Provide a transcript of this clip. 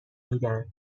میدن